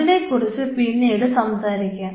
അതിനെ കുറിച്ച് പിന്നീട് സംസാരിക്കാം